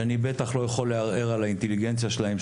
שאני בטח לא יכול לערער על האינטליגנציה שלהם,